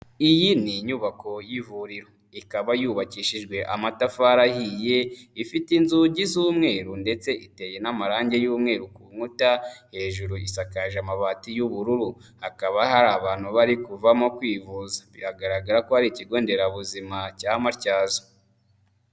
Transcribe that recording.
Iyi ni inyubako y'ivuriro, ikaba yubakishijwe amatafari ahiye, ifite inzugi z'umweru ndetse iteye n'amarangi y'umweru ku nkuta, hejuru isakaje amabati y'ubururu, hakaba hari abantu bari kuvamo kwivuza, biragaragara ko hari ikigo nderabuzima cya Matyazo.